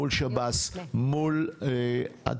מול שב"ס ומול ---<< יור >> פנינה תמנו (יו"ר הוועדה